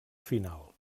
final